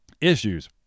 issues